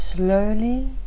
Slowly